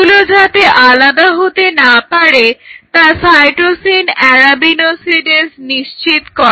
এগুলো যাতে আলাদা হতে না পারে তা সাইটোসিন অ্যারাবিনোসিডেস নিশ্চিত করে